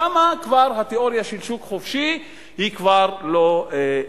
שם התיאוריה של השוק החופשי כבר לא אפקטיבית.